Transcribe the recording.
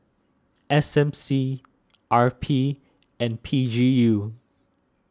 S M C R P and P G U